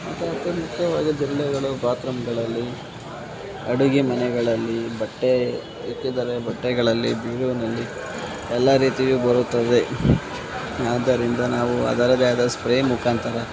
ಮತ್ತು ಮುಖ್ಯವಾಗಿ ಜಿರಳೆಗಳು ಬಾತ್ರೂಮ್ಗಳಲ್ಲಿ ಅಡುಗೆ ಮನೆಗಳಲ್ಲಿ ಬಟ್ಟೆ ಇಟ್ಟಿದ್ದರೆ ಬಟ್ಟೆಗಳಲ್ಲಿ ಬೀರುವಿನಲ್ಲಿ ಎಲ್ಲ ರೀತಿಯು ಬರುತ್ತವೆ ಆದ್ದರಿಂದ ನಾವು ಅದರದೇ ಆದ ಸ್ಪ್ರೇ ಮುಖಾಂತರ